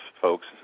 folks